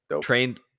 trained